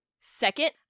Second